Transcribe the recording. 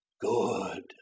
good